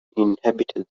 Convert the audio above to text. inhabited